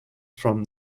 from